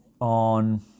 on